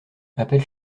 appelle